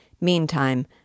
Meantime